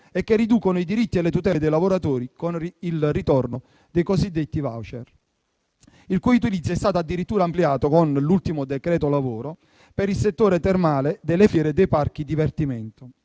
e che riducono i diritti e le tutele dei lavoratori con il ritorno dei cosiddetti *voucher*, il cui utilizzo è stato addirittura ampliato con l'ultimo decreto lavoro per il settore termale, delle fiere e dei parchi divertimento.